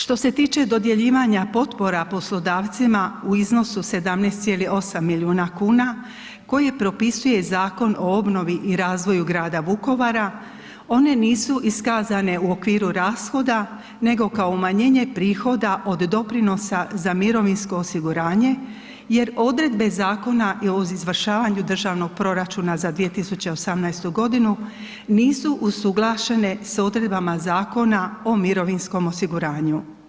Što se tiče dodjeljivanja potpora poslodavcima u iznosu 17,8 milijuna kuna koji je propisuje Zakon o obnovi i razvoju grada Vukovara, one nisu iskazane u okviru rashoda nego kao umanjenje prihoda od doprinosa za mirovinsko osiguranje jer odredbe Zakona o izvršavanju državnog proračuna za 2018.g. nisu usuglašene s odredbama Zakona o mirovinskom osiguranju.